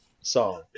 song